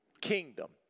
kingdom